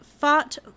fought